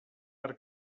per